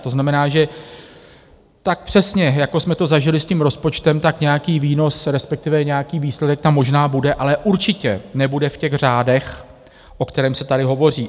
To znamená, že tak přesně, jako jsme to zažili s tím rozpočtem, tak nějaký výnos respektive nějaký výsledek tam možná bude, ale určitě nebude v těch řádech, o kterých se tady hovoří.